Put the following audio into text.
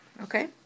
Okay